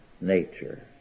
nature